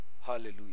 Hallelujah